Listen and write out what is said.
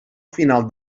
final